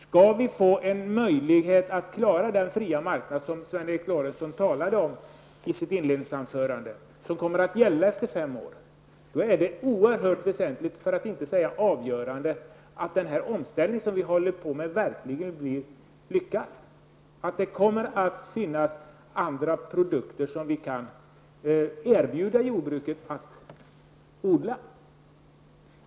Skall vi ha möjlighet att klara den fria marknad som Sven Eric Lorentzon talade om i sitt inledningsanförande och som kommer att gälla efter fem år, är det oerhört väsentligt för att inte säga avgörande att den omställning som vi är i färd med verkligen blir lyckad. Vi måste kunna erbjuda jordbrukarna möjlighet att odla nya produkter.